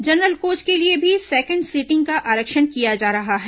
general coach के लिए भी सेकेंड सीटिंग का आरक्षण किया जा रहा है